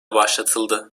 başlatıldı